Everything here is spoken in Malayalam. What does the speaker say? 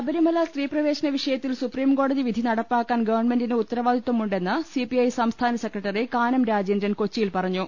ശബരിമല സ്ത്രീ പ്രവേശന വിഷയത്തിൽ സുപ്രീംകോടതി വിധി നടപ്പാക്കാൻ ഗവൺമെന്റിന് ഉത്തരവാദിത്യമുണ്ടെന്ന് സിപിഐ സംസ്ഥാന സെക്രട്ടറി കാനം രാജേന്ദ്രൻ കൊച്ചിയിൽ പറഞ്ഞു